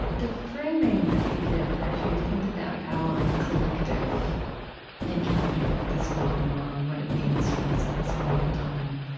the framing that you give, as you think about our collective encounter with this phenomenon and what it means for us in this moment in time,